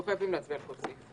לא חייבים להצביע על כך סעיף.